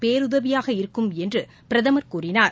பேருதவியாக இருக்கும் என்று பிரதமர் கூறினார்